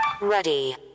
Ready